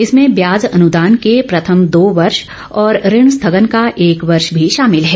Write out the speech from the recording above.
इसमें ब्याज अनुदान के प्रथम दो वर्ष और ऋण स्थगन का एक वर्ष भी शामिल है